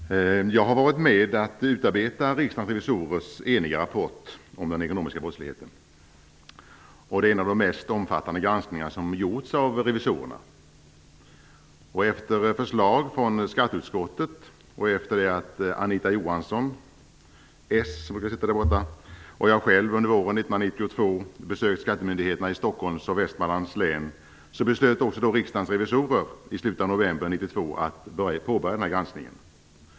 Herr talman! Jag har varit med att utarbeta Riksdagens revisorers eniga rapport om den ekonomiska brottsligheten. Det är en av de mest omfattande granskningar som har gjorts av revisorerna. Anita Johansson från socialdemokraterna, som sitter där borta, och jag själv under år 1992 besökt skattemyndigheterna i Stockholm och i Västmanlands län beslöt Riksdagens revisorer i slutet av november 1992 att påbörja denna granskning.